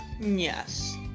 Yes